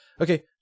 Okay